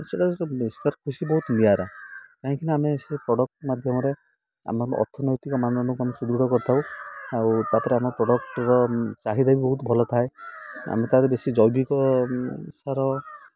ସେଟା ତା'ର ଖୁସି ବହୁତ ନିଆରା କାହିଁକିନା ଆମେ ସେ ପ୍ରଡ଼କ୍ଟ ମାଧ୍ୟମରେ ଆମ ଅର୍ଥନୈତିକ ମାନଦଣ୍ଡକୁ ଆମେ ସୁଦୃଢ଼ କରିଥାଉ ଆଉ ତା'ପରେ ଆମ ପ୍ରଡ଼କ୍ଟର ଚାହିଦା ବି ବହୁତ ଭଲ ଥାଏ ଆମେ ତା'ର ବେଶୀ ଜୈବିକ ସାର